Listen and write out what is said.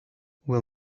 will